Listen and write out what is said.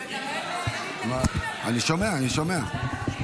אני שומע, אני שומע.